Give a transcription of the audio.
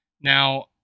Now